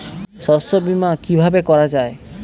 শস্য বীমা কিভাবে করা যায়?